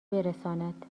برساند